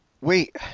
Wait—